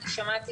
אני שמחה